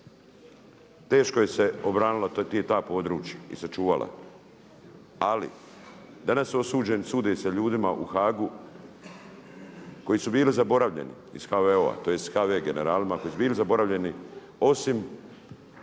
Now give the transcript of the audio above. teško su se obranila ta područja i sačuvala. Ali danas osuđeni, sudi se ljudima u Haagu koji su bili zaboravljeni iz HVO-a tj. HV generalima koji su bili zaboravljeni osim